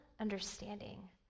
understanding